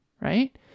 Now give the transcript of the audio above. Right